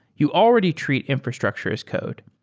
you already treat infrastructure as code.